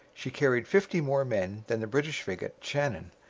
she carried fifty more men than the british frigate shannon.